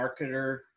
marketer